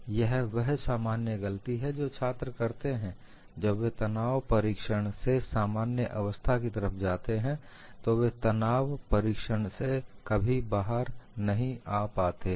यह वह सामान्य गलती है जो छात्र करते हैं जब वे तनाव परीक्षण से सामान्य अवस्था की तरफ जाते हैं तो वे तनाव परीक्षण से कभी बाहर नहीं आ पाते हैं